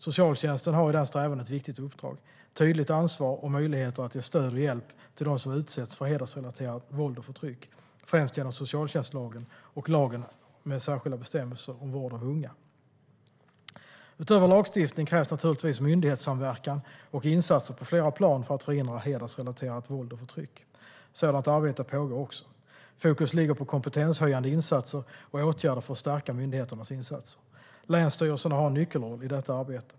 Socialtjänsten har i den strävan ett viktigt uppdrag, tydligt ansvar och möjligheter att ge stöd och hjälp till dem som utsätts för hedersrelaterat våld och förtryck, främst genom socialtjänstlagen och lagen med särskilda bestämmelser om vård av unga. Utöver lagstiftning krävs naturligtvis myndighetssamverkan och insatser på flera plan för att förhindra hedersrelaterat våld och förtryck. Sådant arbete pågår också. Fokus ligger på kompetenshöjande insatser och åtgärder för att stärka myndigheternas insatser. Länsstyrelserna har en nyckelroll i detta arbete.